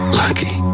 lucky